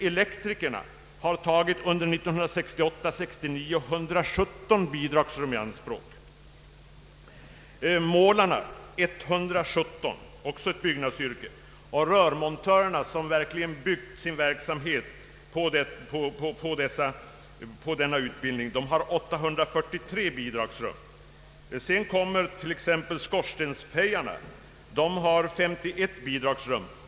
Elektrikerna har under 1968/69 tagit 117 bidragsrum i anspråk och målarna 117. Rörmontörerna, som helt bygger sin verksamhet på denna utbildning, har tagit 843 bidragsrum. Sedan kommer t.ex. skorstensfejarna med 51 bidragsrum.